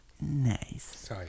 Nice